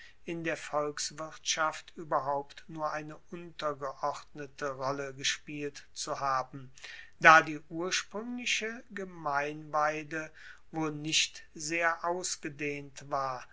in der volkswirtschaft ueberhaupt nur eine untergeordnete rolle gespielt zu haben da die urspruengliche gemeinweide wohl nicht sehr ausgedehnt war